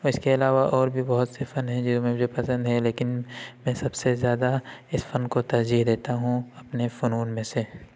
میں اس کے علاوہ اور بھی بہت سے فن ہیں جو مجھے پسند ہیں لیکن میں سب سے زیادہ اس فن کو ترجیح دیتا ہوں اپنے فنون میں سے